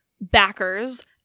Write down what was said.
backers